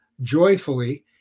joyfully